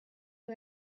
you